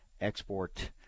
export